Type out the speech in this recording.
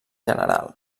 general